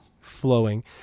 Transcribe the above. Flowing